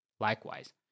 Likewise